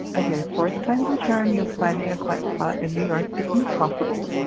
ok, fourth time's a charm. yeah finding a quiet spot in new york is impossible.